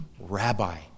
rabbi